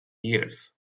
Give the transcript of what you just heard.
years